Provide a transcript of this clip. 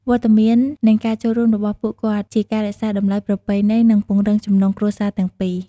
វត្តមាន និងការចូលរួមរបស់ពួកគាត់ ជាការរក្សាតម្លៃប្រពៃណី និងពង្រឹងចំណងគ្រួសារទាំងពីរ។